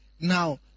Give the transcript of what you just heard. Now